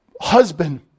husband